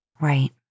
Right